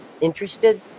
interested